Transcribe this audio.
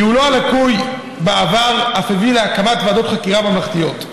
ניהולו הלקוי בעבר אף הביא להקמת ועדות חקירה ממלכתיות,